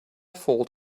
fault